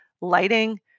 lighting